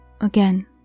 Again